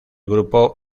grupo